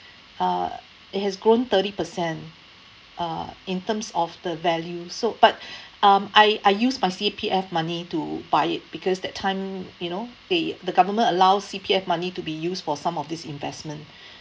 uh it has grown thirty percent uh in terms of the value so but um I I use my C_P_F money to buy it because that time you know they the government allows C_P_F money to be used for some of this investment